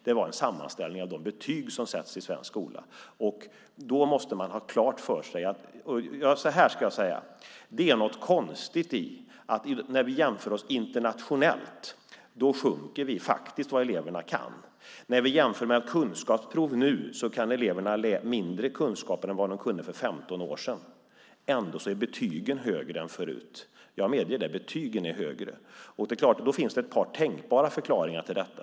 Det var en sammanställning av de betyg som sätts i svensk skola. Det är något konstigt i att när vi jämför oss internationellt sjunker vi faktiskt när det gäller elevernas kunskaper. När vi jämför kunskapsprov visar det sig att eleverna har mindre kunskaper än vad de hade för 15 år sedan. Ändå är betygen högre än förut. Jag medger att betygen är högre. Då finns det ett par tänkbara förklaringar till detta.